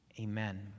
amen